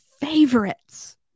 favorites